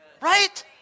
Right